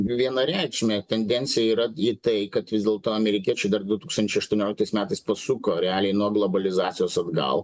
vienareikšmė tendencija yra į tai kad vis dėlto amerikiečiai dar du tūkstančiai aštuonioliktais metais pasuko realiai nuo globalizacijos atgal